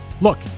Look